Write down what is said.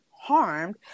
harmed